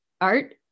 Art